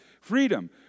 Freedom